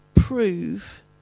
prove